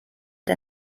der